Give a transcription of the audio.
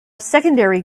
secondary